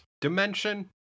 dimension